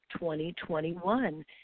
2021